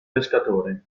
pescatore